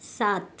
सात